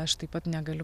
aš taip pat negaliu